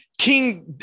King